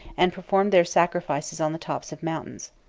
and performed their sacrifices on the tops of mountains.